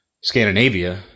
Scandinavia